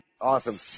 Awesome